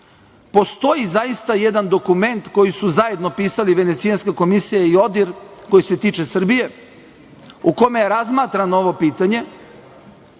meseci. Postoji zaista jedan dokument koji su zajedno pisali Venecijanska komisija i ODIHR, koji se tiče Srbije, u kome je razmatrano ovo pitanje,